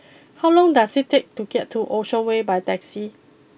how long does it take to get to Ocean way by taxi